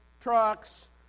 trucks